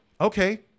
Okay